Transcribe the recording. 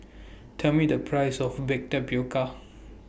Tell Me The Price of Baked Tapioca